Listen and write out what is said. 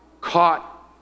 caught